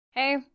hey